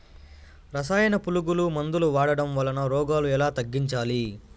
రసాయన పులుగు మందులు వాడడం వలన రోగాలు ఎలా తగ్గించాలి?